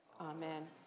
Amen